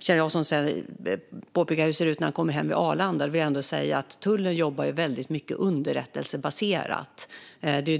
Kjell Jansson påpekar hur det ser ut på Arlanda. Men tullen jobbar mycket underrättelsebaserat. De